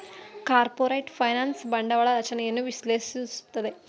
corporate finance ಬಂಡವಾಳ ರಚನೆಯನ್ನು ವಿಶ್ಲೇಷಿಸುತ್ತದೆ